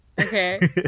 okay